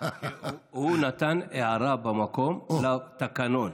הוא נתן הערה במקום לגבי התקנון.